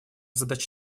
задача